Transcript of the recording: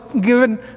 given